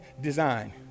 design